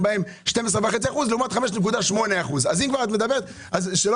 בהם 12.5% לעומת 8%. אז אם את כבר מדברת שזה לא